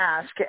ask